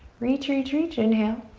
reach, reach, reach. inhale.